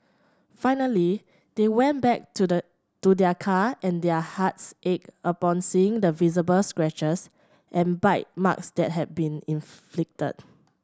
finally they went back to their to their car and their hearts ached upon seeing the visible scratches and bite marks that had been inflicted